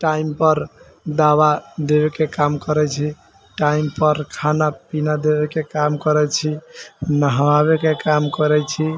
टाइमपर दवा देबैके काम करै छी टाइमपर खाना पीना देबैके काम करै छी नहाबैके काम करै छी